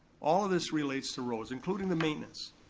all of this relates to roads, including the maintenance.